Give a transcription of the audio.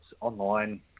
online